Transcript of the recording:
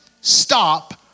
stop